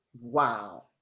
wow